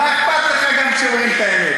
מה אכפת לך גם כשאומרים את האמת,